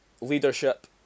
Leadership